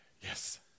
Yes